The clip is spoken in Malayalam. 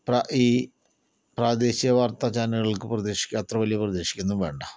പ്രാ ഈ പ്രാദേശിക വാർത്ത ചാനലുകൾക്ക് പ്രതീക്ഷിക്കാ അത്ര വലിയ പ്രതീക്ഷിക്കുകയൊന്നും വേണ്ട